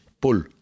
Pull